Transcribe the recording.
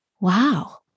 wow